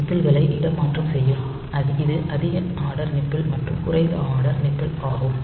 நிபில்களை இடமாற்றம் செய்யும் இது அதிக ஆர்டர் நிப்பிள் மற்றும் குறைந்த ஆர்டர் நிப்பிள் ஆகும்